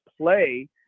play